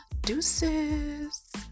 deuces